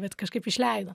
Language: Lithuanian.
bet kažkaip išleido